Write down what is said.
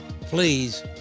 Please